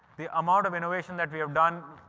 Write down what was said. the amount of innovation that we have done,